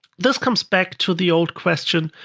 this comes back to the old question,